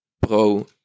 pro